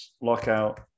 lockout